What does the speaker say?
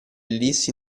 ellissi